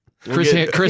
Chris